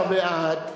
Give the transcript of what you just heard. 19 בעד,